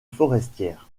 forestière